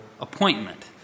appointment